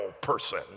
person